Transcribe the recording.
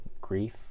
grief